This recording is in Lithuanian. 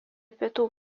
pietų